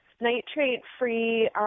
nitrate-free